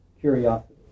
curiosity